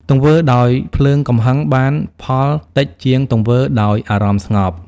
ទង្វើដោយភ្លើងកំហឹងបានផលតិចជាងទង្វើដោយអារម្មណ៍ស្ងប់ ។